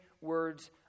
words